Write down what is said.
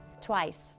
twice